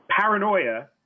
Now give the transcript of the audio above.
paranoia